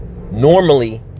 Normally